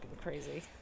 crazy